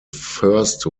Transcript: first